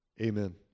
Amen